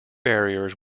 barriers